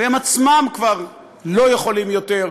והם עצמם כבר לא יכולים יותר.